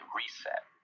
reset